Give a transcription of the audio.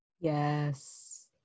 Yes